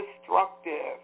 destructive